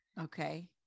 okay